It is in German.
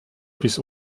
bis